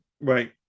Right